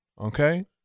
okay